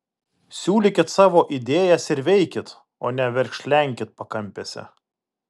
siūlykit savo idėjas ir veikit o ne verkšlenkit pakampėse